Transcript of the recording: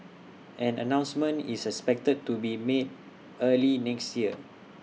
an announcement is expected to be made early next year